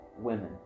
Women